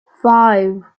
five